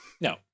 No